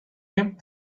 him